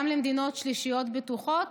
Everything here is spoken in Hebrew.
וגם למדינות שלישיות בטוחות,